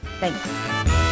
Thanks